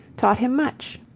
taught him much.